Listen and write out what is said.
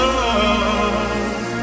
love